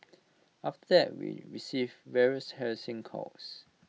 after there we received various harassing calls